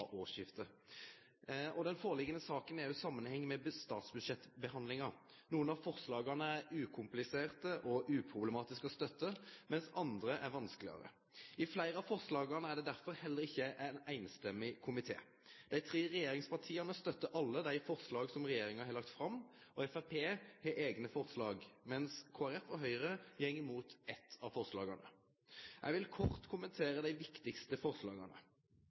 frå årsskiftet. Den saka som ligg føre, har også samanheng med behandlinga av statsbudsjettet. Nokre av forslaga er ukompliserte og uproblematiske å støtte, mens andre er vanskelegare. I fleire av forslaga er det derfor heller ikkje ein samrøystes komité. Dei tre regjeringspartia støttar alle dei forslaga som regjeringa har lagt fram, Framstegspartiet har eigne forslag, mens Kristeleg Folkeparti og Høgre går imot eit av forslaga. Eg vil kort kommentere dei viktigaste forslaga.